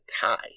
tie